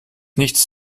nichts